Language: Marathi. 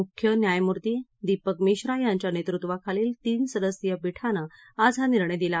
मुख्य न्यायमुर्ती दीपक मिश्रा यांच्या नेतृत्वाखालील तीन सदस्यीय पीठानं आज हा निर्णय दिला